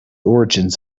origins